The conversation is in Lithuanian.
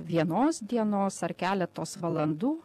vienos dienos ar keletos valandų